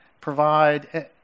provide